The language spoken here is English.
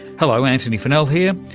hello, antony funnell here,